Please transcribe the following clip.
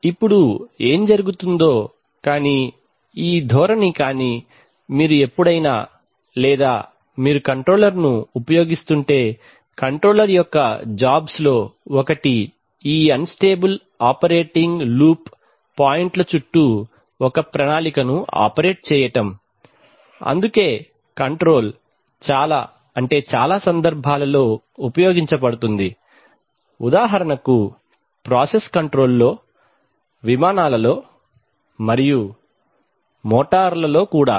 ఇప్పుడు ఏమి జరుగుతుందో కానీ ఈ ధోరణి కానీ మీరు ఎప్పుడైనా లేదా మీరు కంట్రోలర్ను ఉపయోగిస్తుంటే కంట్రోలర్ యొక్క జాబ్స్ లో ఒకటి ఈ అన్ స్టేబుల్ ఆపరేటింగ్ లూప్ పాయింట్ల చుట్టూ ఒక ప్రణాళికను ఆపరేట్ చేయడం అందుకే కంట్రోల్ చాలా చాలా సందర్భాలలో ఉపయోగించబడుతుంది ఉదాహరణకు ప్రాసెస్ కంట్రోల్ లో విమానాలలో మరియు మోటారులో కూడా